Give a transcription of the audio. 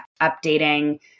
updating